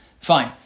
Fine